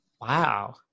Wow